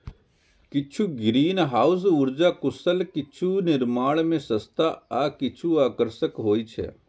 किछु ग्रीनहाउस उर्जा कुशल, किछु निर्माण मे सस्ता आ किछु आकर्षक होइ छै